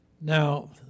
Now